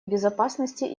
безопасности